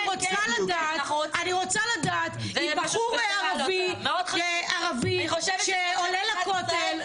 אני רוצה לדעת אם בחור ערבי שעולה לכותל,